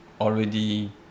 already